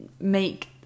make